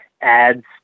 ads